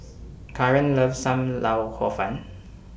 Kaaren loves SAM Lau Hor Fun